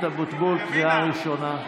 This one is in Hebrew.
אבוטבול, קריאה ראשונה.